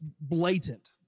blatant